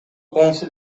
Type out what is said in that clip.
коңшу